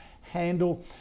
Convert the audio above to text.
handle